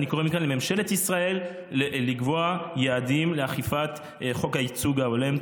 אני קורא מכאן לממשלת ישראל לקבוע יעדים לאכיפת חוק הייצוג ההולם.